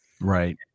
Right